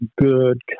good